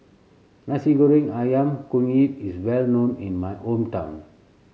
Nasi Goreng Ayam Kunyit is well known in my hometown